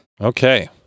Okay